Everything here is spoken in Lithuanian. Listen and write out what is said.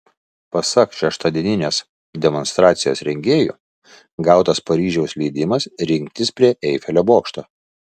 pasak šeštadieninės demonstracijos rengėjų gautas paryžiaus leidimas rinktis prie eifelio bokšto